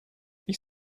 ich